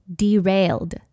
derailed